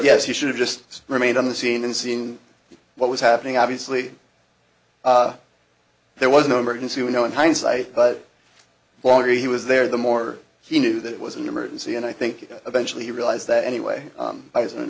he should have just remained on the scene and seeing what was happening obviously there was no emergency we know in hindsight but longer he was there the more he knew that it was an emergency and i think eventually realized that anyway i was